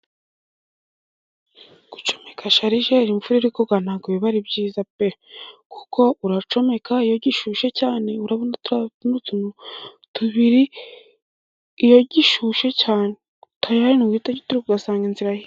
Gucomeka sharijeri imvura iri kugwa ntabwo biba ari byiza pe! Kuko uracomeka iyo gishushe cyane urabona turiya tuntu tubiri iyo gishushe cyane tayari nuguhita giturika ugasanga inzu irahiye.